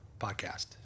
podcast